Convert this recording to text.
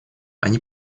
они